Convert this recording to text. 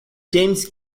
james